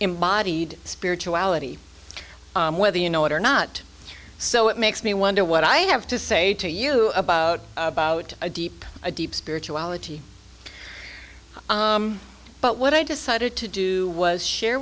embodied spirituality whether you know it or not so it makes me wonder what i have to say to you about about a deep deep spirituality but what i decided to do was share